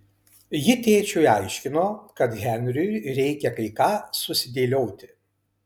ji tėčiui aiškino kad henriui reikia kai ką susidėlioti